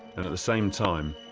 and at the same time,